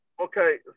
okay